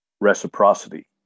reciprocity